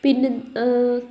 പിന്നെ